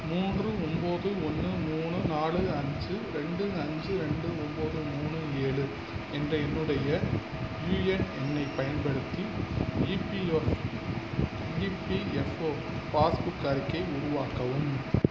மூன்று ஒம்போது ஒன்று மூணு நாலு அஞ்சு ரெண்டு அஞ்சு ரெண்டு ஒம்போது மூணு ஏழு என்ற என்னுடைய யுஏஎன் எண்ணைப் பயன்படுத்தி இபிஎஃ இபிஎஃஓ பாஸ்புக் அறிக்கையை உருவாக்கவும்